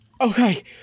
Okay